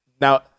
now